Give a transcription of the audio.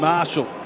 Marshall